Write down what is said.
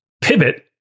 pivot